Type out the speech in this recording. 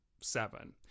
seven